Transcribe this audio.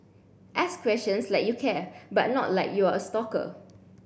ask questions like you care but not like you're a stalker